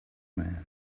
man